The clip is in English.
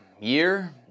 Year